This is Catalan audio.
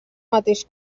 mateix